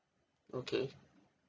okay